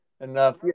enough